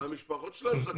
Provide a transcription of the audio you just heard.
המשפחות שלהם צריכות לדעת.